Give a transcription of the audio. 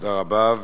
תודה רבה.